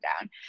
down